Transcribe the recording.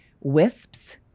wisps